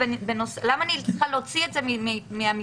למה אני צריכה להוציא את זה מהמשרד?